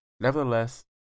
nevertheless